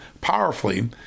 powerfully